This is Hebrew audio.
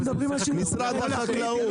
משרד החקלאות.